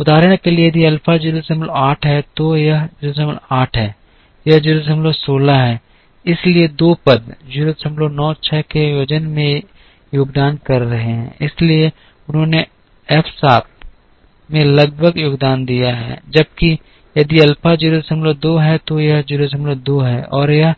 उदाहरण के लिए यदि अल्फा 08 है तो यह 08 है यह 016 है इसलिए दो पद 096 के वजन में योगदान कर रहे हैं इसलिए उन्होंने F 7 में लगभग योगदान दिया है जबकि यदि अल्फा 02 है तो यह 02 है और यह